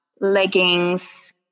leggings